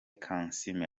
kansiime